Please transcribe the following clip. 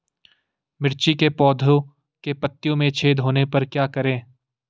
मिर्ची के पौधों के पत्तियों में छेद होने पर क्या करें?